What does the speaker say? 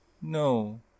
no